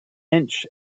inch